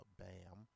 bam